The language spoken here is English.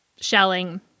shelling